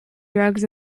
drugs